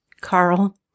Carl